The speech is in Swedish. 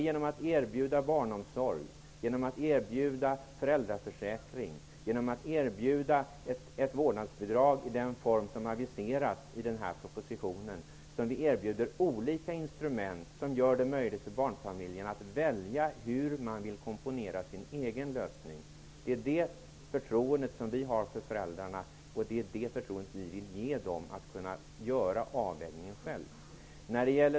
Genom att erbjuda barnomsorg, föräldraförsäkring och ett vårdnadsbidrag i den form som aviserats i propositionen erbjuder vi olika instrument som gör det möjligt för barnfamiljerna att välja hur de vill komponera sin egen lösning. Vi har det förtroendet för föräldrarna, och vi vill ge dem förtroendet att göra avvägningen själva.